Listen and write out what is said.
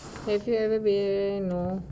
have you ever been no